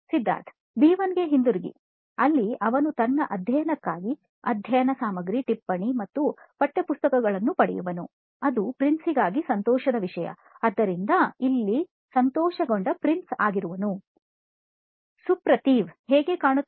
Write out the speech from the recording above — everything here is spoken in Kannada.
ಸಿದ್ಧಾರ್ಥ್ ಬಿ 1 ಗೆ ಹಿಂತಿರುಗಿ ಅಲ್ಲಿ ಅವನು ತನ್ನ ಅಧ್ಯಯಕ್ಕಾಗಿ ಅಧ್ಯಯನ ಸಾಮಗ್ರಿ ಟಿಪ್ಪಣಿ ಮತ್ತು ಪಠ್ಯಪುಸ್ತಕಗಳನ್ನು ಪಡೆಯುವನು ಅದು ಪ್ರಿನ್ಸ್ ಗಾಗಿ ಸಂತೋಷದ ವಿಷಯ ಆದ್ದರಿಂದ ಇಲ್ಲಿ ಸಂತೋಷಗೊಂಡ ಪ್ರಿನ್ಸ್ ಆಗಿರುವನು ಸುಪ್ರತಿವ್ ಹೇಗೆ ಕಾಣುತ್ತಿದೆ